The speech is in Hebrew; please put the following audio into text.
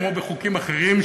כמו בחוקים אחרים,